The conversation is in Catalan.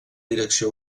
direcció